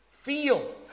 feel